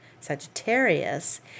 Sagittarius